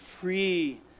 free